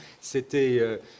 c'était